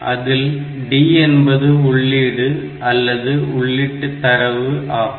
அதில் D என்பது உள்ளீடு அல்லது உள்ளீட்டு தரவு ஆகும்